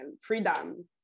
freedom